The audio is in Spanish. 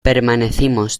permanecimos